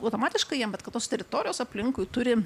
automatiškai jiem bet kad tos teritorijos aplinkui turi